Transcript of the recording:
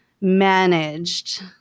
managed